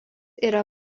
yra